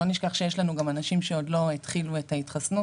שלא נשכח שיש לנו גם אנשים שעוד לא התחילו את ההתחסנות,